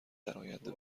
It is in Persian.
درآینده